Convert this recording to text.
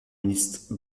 ministre